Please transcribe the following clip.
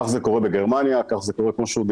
כך זה קורה בגרמניה, כך זה קורה בשוויץ.